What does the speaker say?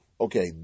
okay